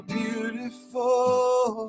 beautiful